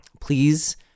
please